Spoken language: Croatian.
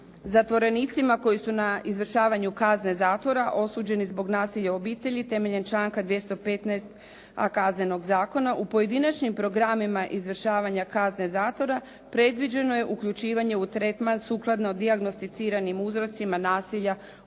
Zatvorenicima koji su na izvršavanju kazne zatvora osuđeni zbog nasilja u obitelji temeljem članka 215. Kaznenog zakona u pojedinačnim programima izvršavanja kazne zatvora, predviđeno je uključivanje u tretman sukladno dijagnosticiranim uzrocima nasilja u obitelji.